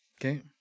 Okay